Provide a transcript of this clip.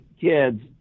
kids